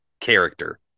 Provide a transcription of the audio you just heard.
character